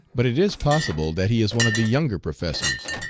but it is possible that he is one of the younger professors,